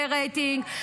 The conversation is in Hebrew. ברייטינג,